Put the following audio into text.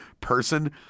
person